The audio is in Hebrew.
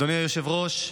אדוני היושב-ראש,